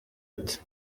ati